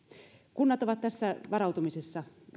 kunnat ovat tässä varautumisessa